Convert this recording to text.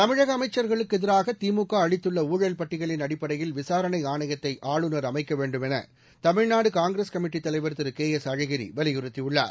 தமிழக அமைச்ச்களுக்கு எதிராக தி மு க அளித்துள்ள ஊழல் பட்டியலின் அடிப்படையில் விசாரணை ஆணையத்தை ஆளுநர் அமைக்க வேண்டுமென தமிழ்நாடு காங்கிரஸ் கமிட்டி தலைவர் திரு கே எஸ் அழகிரி வலியுறுத்தியுள்ளார்